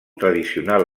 tradicional